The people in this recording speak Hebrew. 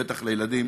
ובטח ילדים,